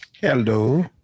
Hello